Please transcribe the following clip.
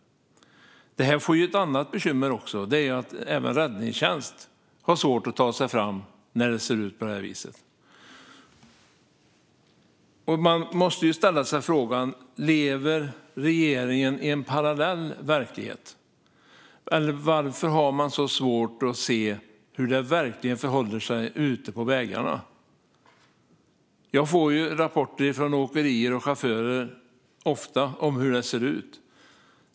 Det blir också ett annat bekymmer; även räddningstjänsten får svårt att ta sig fram när det ser ut på det viset. Man måste ställa sig frågan: Lever regeringen i en parallell verklighet? Varför har de så svårt att se hur det verkligen förhåller sig ute på vägarna? Jag får ofta rapporter från åkerier och chaufförer om hur det ser ut.